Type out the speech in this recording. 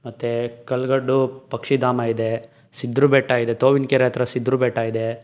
ಮತ್ತು ಕಗ್ಗಲ್ಡು ಪಕ್ಷಿಧಾಮ ಇದೆ ಸಿದ್ರ ಬೆಟ್ಟ ಇದೆ ತೋವಿನಕೆರೆ ಹತ್ರ ಸಿದ್ರ ಬೆಟ್ಟ ಇದೆ